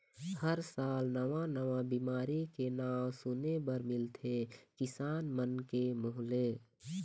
हर साल नवा नवा बिमारी के नांव सुने बर मिलथे किसान मन के मुंह ले